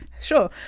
sure